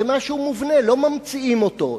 זה משהו מובנה, לא ממציאים אותו.